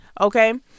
Okay